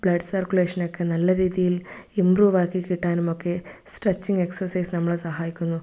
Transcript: blood circulation ഒക്കെ നല്ല രീതിയിൽ ഇമ്പ്രൂവ് ആക്കി കിട്ടാനും ഒക്കെ സ്ട്രെച്ചിങ്ങ് എക്സർസൈസ് നമ്മളെ സഹായിക്കുന്നു